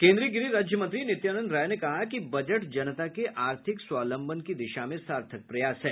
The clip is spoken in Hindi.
केन्द्रीय गृह राज्य मंत्री नित्यानंद राय ने कहा कि बजट जनता के आर्थिक स्वावलंबन की दिशा में सार्थक प्रयास है